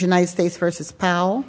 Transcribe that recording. united states versus powell